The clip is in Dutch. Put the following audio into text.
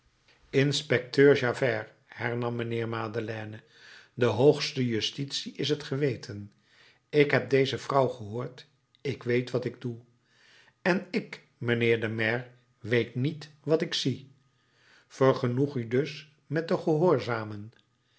inspecteur javert hernam mijnheer madeleine de hoogste justitie is het geweten ik heb deze vrouw gehoord ik weet wat ik doe en ik mijnheer de maire weet niet wat ik zie vergenoeg u dus met te gehoorzamen